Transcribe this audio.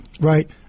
Right